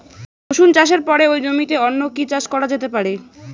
রসুন চাষের পরে ওই জমিতে অন্য কি চাষ করা যেতে পারে?